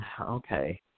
okay